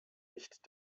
nicht